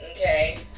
Okay